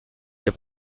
der